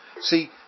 See